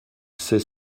sait